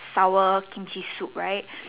sour Kimchi soup right